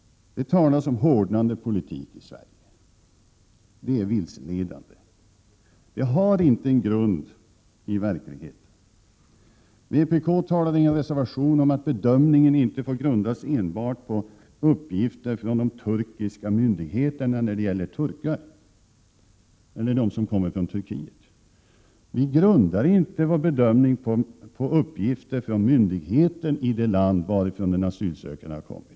Det talas om hårdnande flyktingpolitik i Sverige. Det är vilseledande. Påståendet har inte någon grund i verkligheten. Vpk talar i en reservation om att bedömningen vid mottagandet av flyktingar från Turkiet inte skall grundas på uppgifter enbart från turkiska myndigheter. Vi grundar inte vår bedömning på uppgifter från myndigheter i det land varifrån den asylsökande kommit.